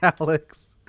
alex